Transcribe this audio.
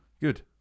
Good